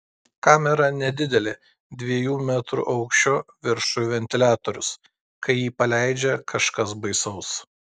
kamera nedidelė dviejų metrų aukščio viršuj ventiliatorius kai jį paleidžia kažkas baisaus